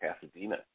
Pasadena